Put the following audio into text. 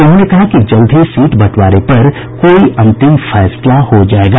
उन्होंने कहा कि जल्द ही सीट बंटवारे पर कोई अंतिम फैसला हो जायेगा